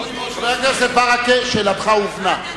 ועוד 300. חבר הכנסת, שאלתך הובנה.